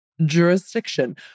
Jurisdiction